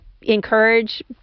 encourage